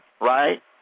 right